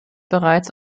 bereits